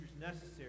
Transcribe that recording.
necessary